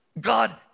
God